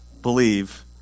believe